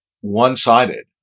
one-sided